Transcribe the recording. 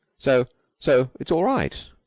so so it's all right.